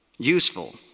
useful